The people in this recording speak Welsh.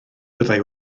byddai